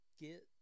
get